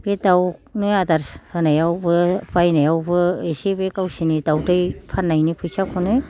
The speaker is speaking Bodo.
बे दावनो आदार होनायावबो बायनायावबो एसे बे गावसोरनि दावदै फाननायनि फैसाखौनो